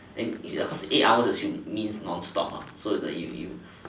then is it a cause eight hours assume means non stop so it's like you you